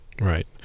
Right